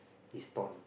is torn